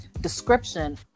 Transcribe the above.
description